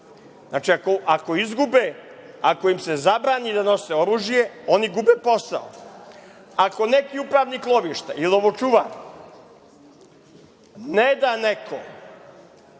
Znači, ako im se zabrani da nose oružje, oni gube posao. Ako neki upravnik lovišta ililovočuvar ne da nekom